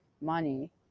money